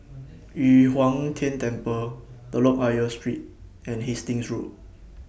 Yu Huang Tian Temple Telok Ayer Street and Hastings Road